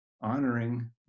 honoring